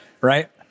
right